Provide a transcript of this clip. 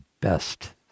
best